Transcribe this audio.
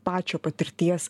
pačio patirties